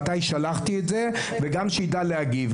מתי שלחתי את זה וגם שיידע להגיב.